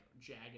jagged